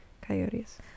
Coyotes